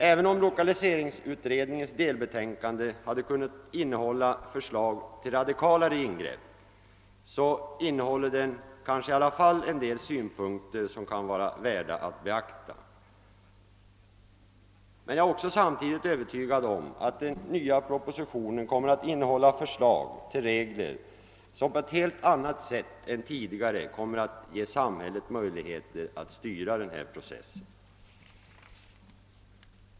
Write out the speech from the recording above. Även om lokaliseringsutredningens delbetänkande hade kunnat innehålla förslag till radika lare ingrepp innehåller det i alla fali en del synpunkter som kan vara värda att beakta. Men jag är samtidigt övertygad om att den nya propositionen kommer att innehålla förslag till regler som på ett helt annat sätt än tidigare ger samhället möjligheter att styra processen.